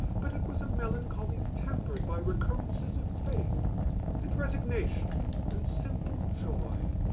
but it was a melancholy tempered by recurrences of faith and resignation and simple joy.